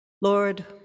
Lord